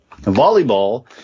Volleyball